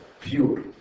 pure